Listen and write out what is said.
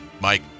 Mike